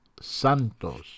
Santos